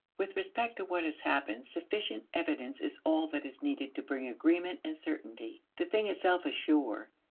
with respect to what has happened, sufficient evidence is all that is needed to bring agreement and certainty. the thing itself is sure.